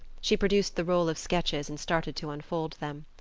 she produced the roll of sketches and started to unfold them.